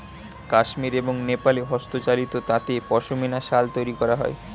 কাশ্মীর এবং নেপালে হস্তচালিত তাঁতে পশমিনা শাল তৈরি করা হয়